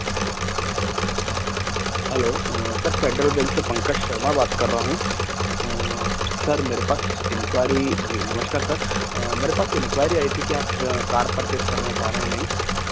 hello sir Federal Bank से पंकज शर्मा बात कर रा हूँ सर मेरे पास इंक्वारी जी नमस्कार सर मेरे पास इंक्वायरी आई थी कि आप कार परचेज़ करना चाह रहे नई